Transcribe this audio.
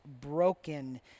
broken